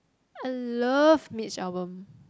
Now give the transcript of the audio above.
I love Mitch-Albom